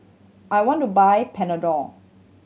I want to buy Panadol